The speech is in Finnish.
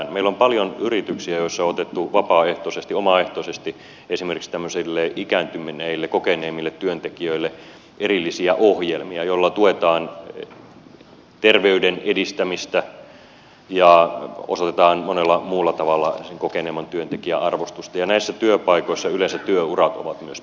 meillä on paljon yrityksiä joissa on otettu vapaaehtoisesti omaehtoisesti esimerkiksi tämmöisille ikääntyneille kokeneemmille työtekijöille erillisiä ohjelmia joilla tuetaan terveyden edistämistä ja osoitetaan monella muulla tavalla sen kokeneemman työntekijän arvostusta ja näissä työpaikoissa yleensä työurat ovat myös pidempiä